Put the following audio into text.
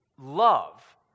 love